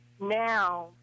now